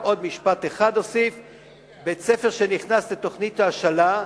אוסיף עוד משפט אחד: בית-ספר שנכנס לתוכנית ההשאלה,